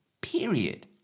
Period